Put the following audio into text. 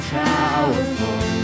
powerful